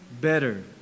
better